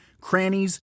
crannies